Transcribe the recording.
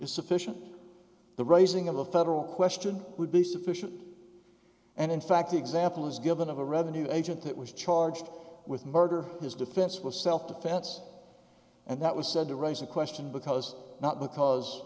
sufficient the raising of a federal question would be sufficient and in fact the example is given of a revenue agent that was charged with murder his defense was self defense and that was said to raise a question because not because